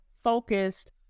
focused